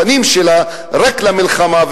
הפנים שלה רק למלחמה,